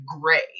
gray